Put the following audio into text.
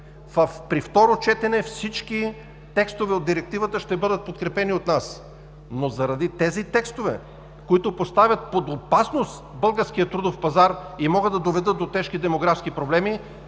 При второ четене всички текстове от Директивата ще бъдат подкрепени от нас, но заради тези текстове, които поставят под опасност българския трудов пазар и могат да доведат до тежки демографски проблеми,